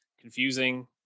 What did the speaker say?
confusing